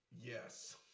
Yes